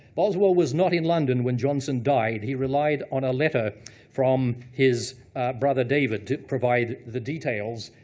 boswell was not in london when johnson died. he relied on a letter from his brother david to provide the details.